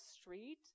street